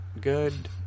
good